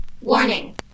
Warning